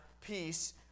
peace